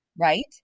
right